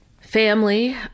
family